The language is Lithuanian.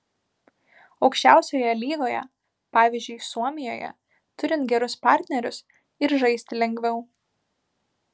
aukščiausioje lygoje pavyzdžiui suomijoje turint gerus partnerius ir žaisti lengviau